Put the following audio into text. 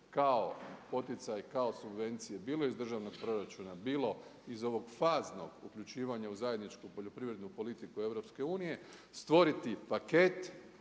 kao poticaj, kao subvencije bilo iz državnog proračuna, bilo iz ovog faznog uključivanja u zajedničku poljoprivrednu politiku EU stvoriti paket